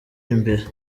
imbere